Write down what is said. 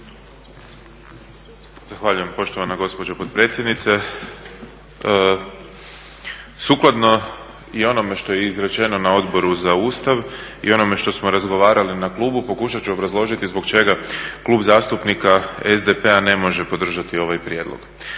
Zahvaljujem poštovana gospođo potpredsjednice. Sukladno i onome što je izrečeno na Odboru za Ustav i onome što smo razgovarali na klubu pokušat ću obrazložiti zbog čega Klub zastupnika SDP-a ne može podržati ovaj prijedlog.